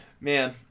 Man